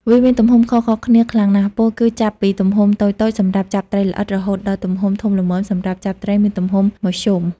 វាមានទំហំខុសៗគ្នាខ្លាំងណាស់ ពោលគឺចាប់ពីទំហំតូចៗសម្រាប់ចាប់ត្រីល្អិតរហូតដល់ទំហំធំល្មមសម្រាប់ចាប់ត្រីមានទំហំមធ្យម។